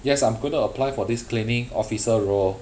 yes I'm gonna apply for this cleaning officer role